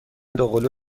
دوقلو